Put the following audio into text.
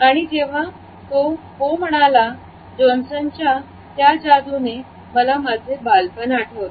आणि जेव्हा तो हो म्हणाला जॉन्सन च्या त्या जादूने मला माझे बालपण आठवले